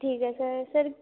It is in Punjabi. ਠੀਕ ਹੈ ਸਰ ਸਰ